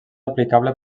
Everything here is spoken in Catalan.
aplicable